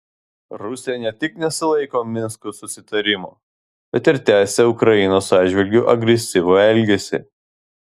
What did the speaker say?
rusija ne tik nesilaiko minsko susitarimų bet ir tęsia ukrainos atžvilgiu agresyvų elgesį